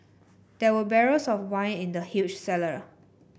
there were barrels of wine in the huge cellar